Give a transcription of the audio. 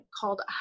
called